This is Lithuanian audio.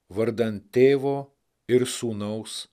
vardan tėvo ir sūnaus